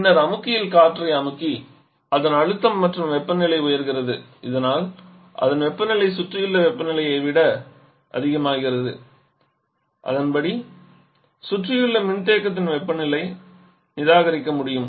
பின்னர் அமுக்கியில் காற்றை அமுக்கி அதன் அழுத்தம் மற்றும் வெப்பநிலை நிலை உயர்கிறது இதனால் அதன் வெப்பநிலை சுற்றியுள்ள வெப்பநிலையை விட அதிகமாகிறது அதன்படி சுற்றியுள்ள மின்தேக்கியின் வெப்பத்தை நிராகரிக்க முடியும்